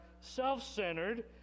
self-centered